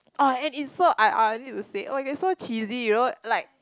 oh and it's so ironic to say oh you're so cheesy you know like